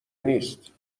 نیست